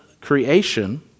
creation